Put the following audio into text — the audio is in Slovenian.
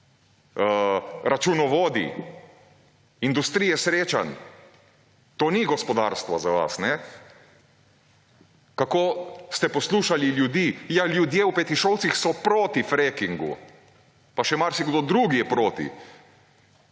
računovodij, industrije srečanj, to ni gospodarstvo za vas, ne. kako ste poslušali ljudi. Ja, ljudje v Petišovcih so proti frackingu, pa še marsikdo drugi je proti.